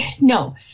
no